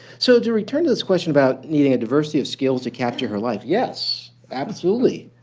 so to return to this question about needing a diversity of skills to capture her life. yes, absolutely.